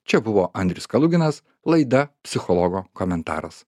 čia buvo andrius kaluginas laida psichologo komentaras